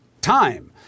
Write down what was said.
time